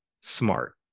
smart